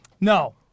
No